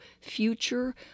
future